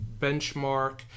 Benchmark